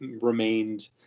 remained